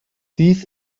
dies